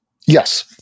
Yes